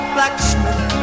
Blacksmith